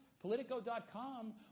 Politico.com